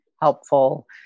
helpful